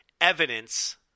evidence